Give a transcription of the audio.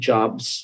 Jobs